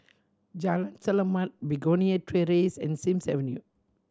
Jalan Selamat Begonia Terrace and Sims Avenue